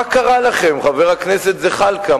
מה קרה לכם, חבר הכנסת זחאלקה?